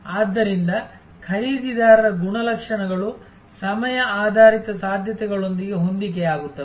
ಆದ್ದರಿಂದ ಖರೀದಿದಾರರ ಗುಣಲಕ್ಷಣಗಳು ಸಮಯ ಆಧಾರಿತ ಸಾಧ್ಯತೆಗಳೊಂದಿಗೆ ಹೊಂದಿಕೆಯಾಗುತ್ತವೆ